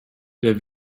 der